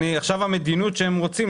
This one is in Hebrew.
המדיניות שהם רוצים,